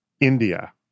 India